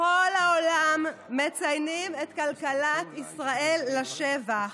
בכל העולם מציינים את כלכלת ישראל לשבח.